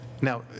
Now